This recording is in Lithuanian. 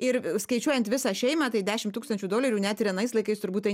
ir skaičiuojant visą šeimą tai dešim tūkstančių dolerių net ir anais laikais turbūt tai